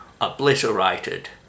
obliterated